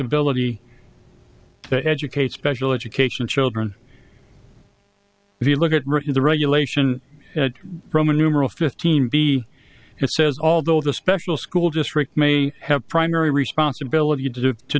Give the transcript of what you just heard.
ibility to educate special education children if you look at rick in the regulation roman numeral fifteen b it says although the special school district may have primary responsibility